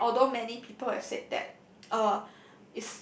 and although many people have said that uh